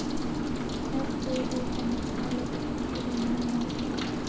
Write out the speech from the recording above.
FAO का मुख्यालय Italy के रोम में मौजूद है